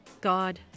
God